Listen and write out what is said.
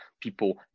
people